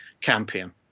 campaign